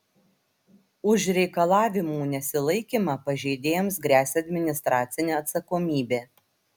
už reikalavimų nesilaikymą pažeidėjams gresia administracinė atsakomybė